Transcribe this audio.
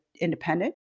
independent